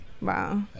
Wow